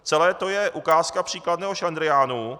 Celé to je ukázka příkladného šlendriánu.